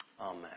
Amen